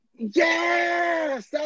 Yes